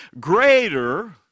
greater